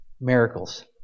Miracles